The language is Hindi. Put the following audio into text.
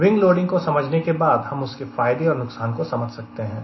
विंग लोडिंग को समझने के बाद हम उसके फायदे और नुकसान को समझ सकते हैं